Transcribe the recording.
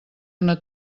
una